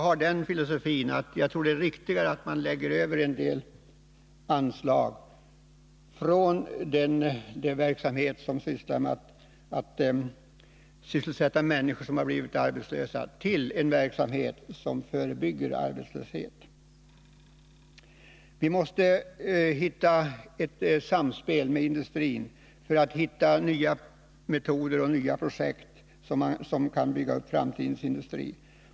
Enligt min filosofi vore det riktigare att lägga över en del anslag från den verksamhet som innebär att sysselsätta människor som redan blivit arbetslösa till en verksamhet som förebygger arbetslöshet. Vi måste få ett samspel med industrin för att finna nya metoder och nya projekt som vi kan bygga upp framtidens industri med.